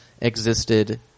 existed